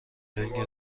لنگ